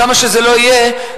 כמה שזה לא יהיה,